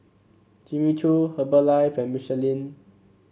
Jimmy Choo Herbalife and Michelin